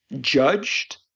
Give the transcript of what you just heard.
judged